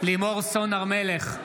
לימור סון הר מלך,